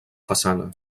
façana